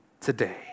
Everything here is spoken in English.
today